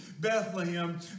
Bethlehem